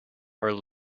are